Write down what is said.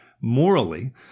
morally